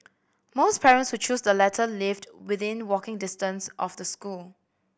most parents who chose the latter lived within walking distance of the school